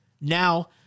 Now